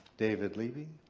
david lieby.